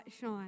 shine